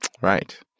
Right